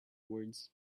words